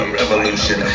revolution